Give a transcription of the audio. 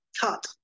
Cut